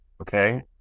okay